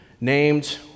named